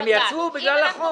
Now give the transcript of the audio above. הם יצאו בגלל החוק.